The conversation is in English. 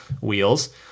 wheels